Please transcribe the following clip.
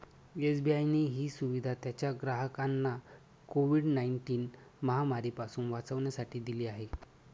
SBI ने ही सुविधा त्याच्या ग्राहकांना कोविड नाईनटिन महामारी पासून वाचण्यासाठी दिली आहे